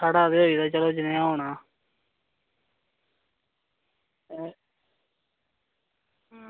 साढ़ा ते होई दा जियां होना